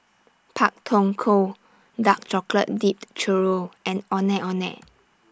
Pak Thong Ko Dark Chocolate Dipped Churro and Ondeh Ondeh